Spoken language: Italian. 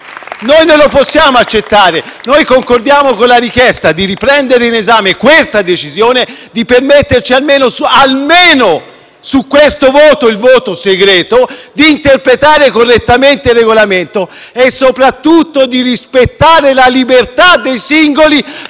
dai Gruppi PD e FI-BP)*. Noi concordiamo con la richiesta di riprendere l'esame di questa decisione, di permetterci, almeno su questo, il voto segreto, di interpretare correttamente il Regolamento e soprattutto di rispettare la libertà dei singoli